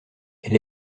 elle